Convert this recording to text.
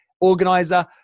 organizer